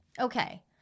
Okay